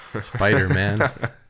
spider-man